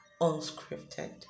unscripted